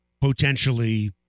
potentially